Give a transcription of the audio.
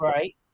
Right